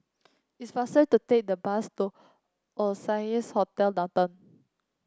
it's faster to take the bus to Oasia Hotel Downtown